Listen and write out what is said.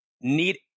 need